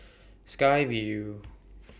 Sky Vue